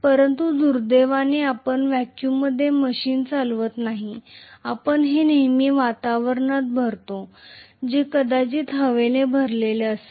परंतु दुर्दैवाने आपण व्हॅक्यूममध्ये मशीन चालवत नाही आपण हे नेहमी वातावरणात भरतो जे कदाचित हवेने भरलेले असेल